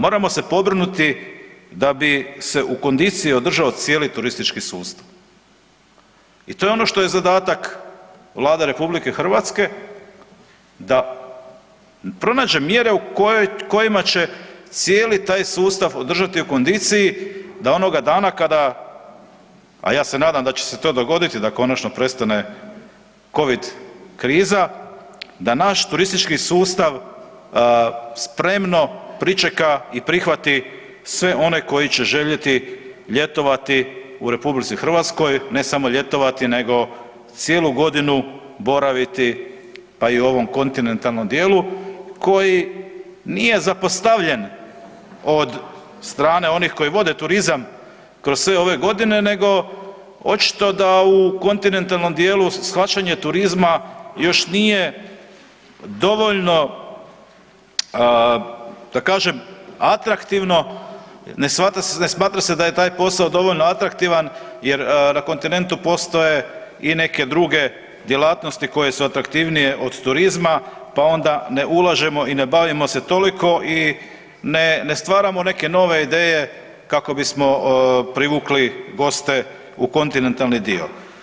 Moramo se pobrinuti da bi se u kondiciji održao cijeli turistički sustav i to je ono što je zadatak Vlade Republike Hrvatske da pronađe mjere kojima će cijeli taj sustav održati u kondiciji, da onoga dana kada, a ja se nadam da će se to dogoditi, da konačno prestane Covid kriza, da naš turistički sustav spremno pričeka i prihvati sve one koji će željeti ljetovati u Republici Hrvatskoj, ne samo ljetovati nego cijelu godinu boraviti pa i u ovom kontinentalnom dijelu, koji nije zapostavljen od strane onih koji vode turizam kroz sve ove godine, nego očito da u kontinentalnom dijelu shvaćanje turizma još nije dovoljno da kažem, atraktivno, ne smatra se da je taj posao dovoljno atraktivan, jer na kontinentu postoje i neke druge djelatnosti koje su atraktivnije od turizma, pa onda ne ulažemo i ne bavimo se toliko i ne stvaramo neke nove ideje kako bismo privukli goste u kontinentalni dio.